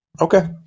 Okay